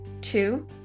Two